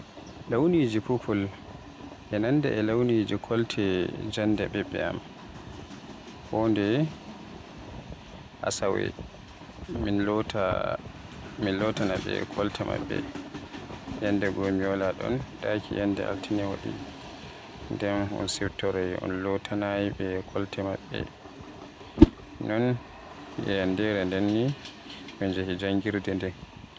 Launiji purple e nanda e launiji kolte jannde ɓiɓɓe am, kondeye Asawe min lotanta be kolte maɓɓe. Yandego mi wala ɗon, daki yande altine waɗi nden un siftoroy un lotanayɓe kolte maɓɓe. Non ni yandere nden ɓe njahayi janngirde nden.